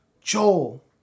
Joel